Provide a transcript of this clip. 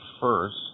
first